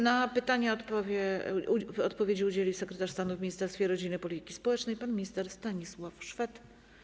Na pytanie odpowiedzi udzieli sekretarz stanu w Ministerstwie Rodziny i Polityki Społecznej pan minister Stanisław Szwed.